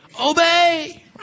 Obey